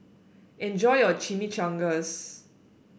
enjoy your Chimichangas